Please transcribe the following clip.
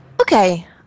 Okay